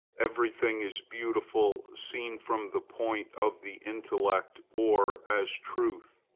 every thing is beautiful seen from the point of the intellect, or as truth.